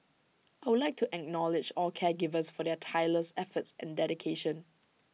I would like to acknowledge all caregivers for their tireless efforts and dedication